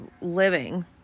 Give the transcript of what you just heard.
living